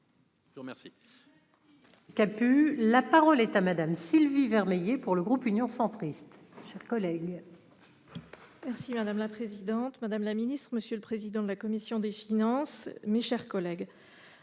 Je vous remercie